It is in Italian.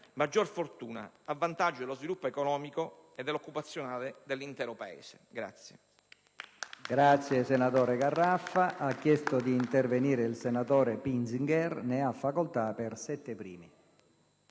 maggior fortuna a vantaggio dello sviluppo economico ed occupazionale dell'intero Paese.